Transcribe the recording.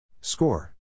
Score